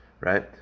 Right